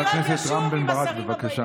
אני עוד אשוב עם השרים הבאים.